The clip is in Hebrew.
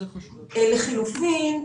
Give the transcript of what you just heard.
לחילופין,